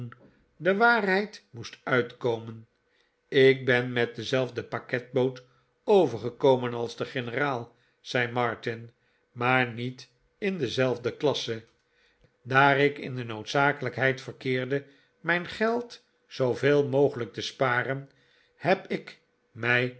de waarheid moest uitkomen ik ben met dezelfde paketboot overgekomen als de generaal zei martin maar niet in dezelfde klasse daar ik in de noodzakelijkheid verkeerde mijn geld zooveel mogelijk te sparen heb ik mij